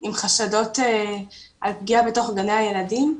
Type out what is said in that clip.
עם חשדות על פגיעה בתוך גני הילדים,